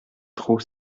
trop